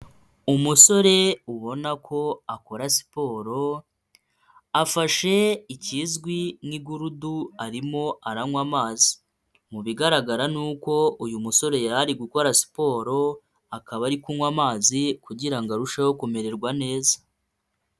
Umusore ubona ko akora siporo afashe ikizwi nk'igurudu arimo aranywa amazi, mubigaragara ni uko uyu musore yarari gukora siporo akaba ari kunywa amazi kugira ngo arusheho kumererwa neza.